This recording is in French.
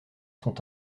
sont